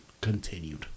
continued